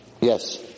yes